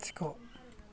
लाथिख'